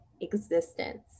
existence